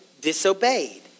disobeyed